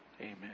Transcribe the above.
Amen